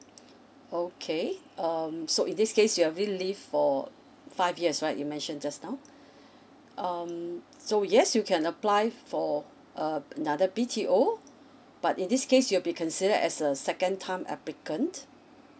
okay um so in this case you've already live for five years right you mention just now um so yes you can apply for uh another B_T_O but in this case you'll be considered as a second time applicant